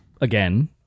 again